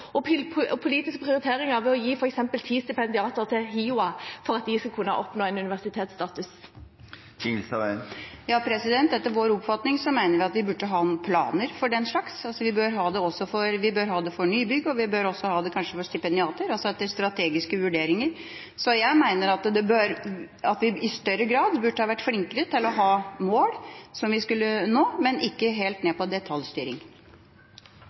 og politiske prioriteringer ved f.eks. å gi ti stipendiater til HiOA for at HiOA skal kunne oppnå en universitetsstatus? Etter vår oppfatning burde vi ha noen planer for den slags. Vi bør ha det for nybygg, og vi bør kanskje også ha det for stipendiater – etter strategiske vurderinger. Jeg mener at vi i større grad burde vært flinkere til å ha mål som vi skulle nå, men ikke helt ned til detaljstyring.